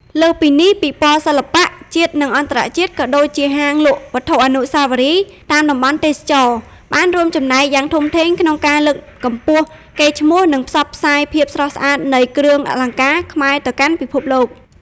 លើសពីនេះ ពិព័រណ៍សិល្បៈ ជាតិ និងអន្តរជាតិ ក៏ដូចជា ហាងលក់វត្ថុអនុស្សាវរីយ៍ តាមតំបន់ទេសចរណ៍ បានរួមចំណែកយ៉ាងធំធេងក្នុងការ លើកកម្ពស់កេរ្តិ៍ឈ្មោះ និងផ្សព្វផ្សាយភាពស្រស់ស្អាតនៃគ្រឿងអលង្ការខ្មែរទៅកាន់ពិភពលោក។